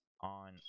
on